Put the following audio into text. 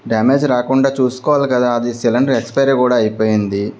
damage రాకుండా చూసుకోవాలి కదా అది సిలిండర్ ఎక్స్పైరీ కూడా అయిపోయింది